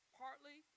partly